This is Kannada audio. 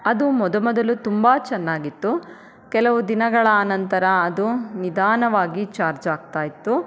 ಅದು ಮೊದ ಮೊದಲು ತುಂಬ ಚೆನ್ನಾಗಿತ್ತು ಕೆಲವು ದಿನಗಳ ನಂತರ ಅದು ನಿಧಾನವಾಗಿ ಚಾರ್ಜ್ ಆಗ್ತಾ ಇತ್ತು